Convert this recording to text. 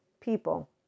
people